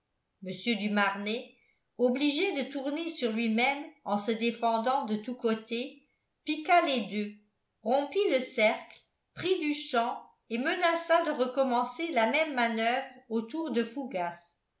mr du marnet obligé de tourner sur lui-même en se défendant de tous côtés piqua des deux rompit le cercle prit du champ et menaça de recommencer la même manoeuvre autour de fougas